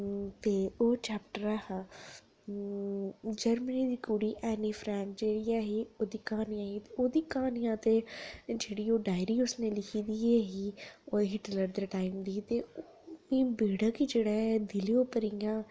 ते ओह् चैप्टर ऐ हा जर्मनी दी कुड़ी ऐनी फरैंड जेह्ड़ी ऐ ही ओह् दियां क्हानियां हियां जेह्ड़ी ओह् डायरी उसने लिखी दी ऐ ही ओह् थोह्ड़े जनेह् टाईम दी ऐ ही ते ओह बड़ा गै जेह्ड़ा दिलै पर इयां छाई मेरे दिलै उप्पर ऐ